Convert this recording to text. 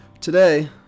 Today